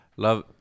Love